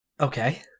Okay